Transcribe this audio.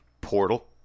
Portal